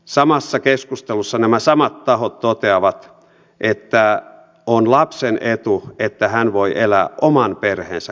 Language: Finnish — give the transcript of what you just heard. samassa keskustelussa nämä samat tahot toteavat että on lapsen etu että hän voi elää oman perheensä kanssa